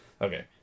okay